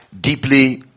deeply